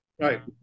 Right